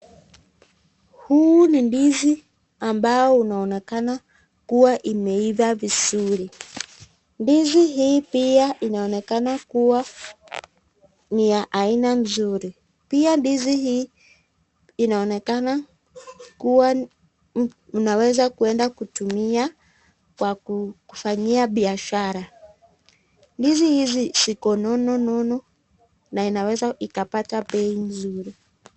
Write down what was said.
Huu ni ndizi ambao uaonekana kuwa imeifaa vizuri, ndizi hii pia inaoneka kuwa ni ya aina nzuri ,pia ndizi hii inaonekana kuwa unaweza kuenda kutumia kwa kufanyiwa biashara, ndizi hizi ziko nono nono na inaweza ikapata bei mzuri.